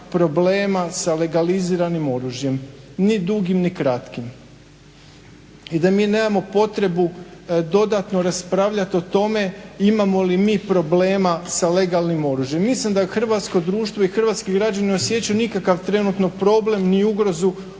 problema sa legaliziranim oružjem, ni dugim ni kratkim. I da mi nemamo potrebu dodatno raspravljati o tome imamo li mi problema sa legalnim oružjem. Mislim da hrvatsko društvo i hrvatski građani ne osjećaju nikakav trenutno problem ni ugrozu